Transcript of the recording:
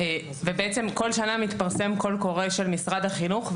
ובעצם כל שנה מתפרסם קול קורא של משרד החינוך,